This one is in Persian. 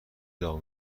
داغ